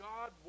God